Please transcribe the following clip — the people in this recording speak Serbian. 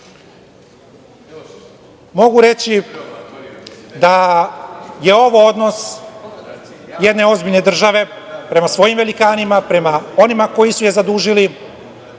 mogu reći da je ovo odnos jedne ozbiljne države prema svojim velikanima, prema onima koji su je zadužili